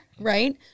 right